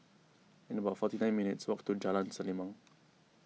it's about forty nine minutes' walk to Jalan Selimang